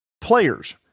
Players